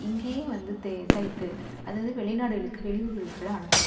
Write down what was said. இங்கேயே வந்து தே தைத்து அதாவது வெளிநாடுகளுக்கு வெளியூருகளுக்கெல்லாம் அனுப்புகிறோம்